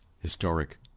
historic